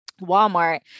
Walmart